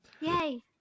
Yay